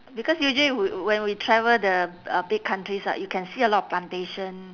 because usually we when we travel the uh big countries right you can see a lot of plantation